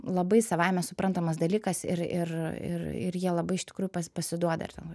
labai savaime suprantamas dalykas ir ir ir jie labai iš tikrųjų pas pasiduoda ir ten